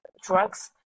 drugs